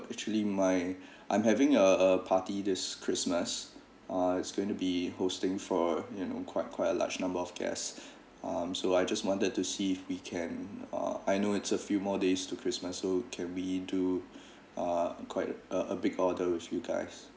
actually my I'm having a a party this christmas ah it's going to be hosting for you know quite quite a large number of guests um so I just wanted to see if we can ah I know it's a few more days to christmas so can we do ah quite a a a big orders with you guys